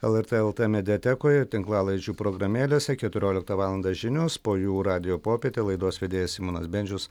lrt lt mediatekoje tinklalaidžių programėlėse keturioliktą valandą žinios po jų radijo popietė laidos vedėjas simonas bendžius